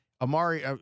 Amari